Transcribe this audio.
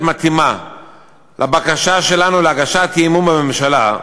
מתאימה לבקשה שלנו להגשת אי-אמון בממשלה,